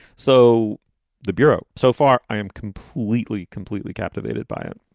so the bureau so far, i am completely, completely captivated by it.